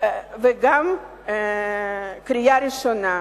וגם קריאה ראשונה.